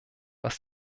was